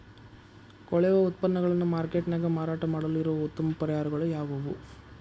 ಕೊಳೆವ ಉತ್ಪನ್ನಗಳನ್ನ ಮಾರ್ಕೇಟ್ ನ್ಯಾಗ ಮಾರಾಟ ಮಾಡಲು ಇರುವ ಉತ್ತಮ ಪರಿಹಾರಗಳು ಯಾವವು?